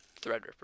Threadripper